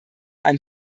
ein